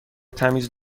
تمیز